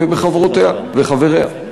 ובחברותיה וחבריה.